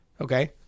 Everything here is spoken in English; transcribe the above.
okay